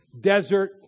desert